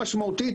משמעותית,